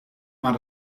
maar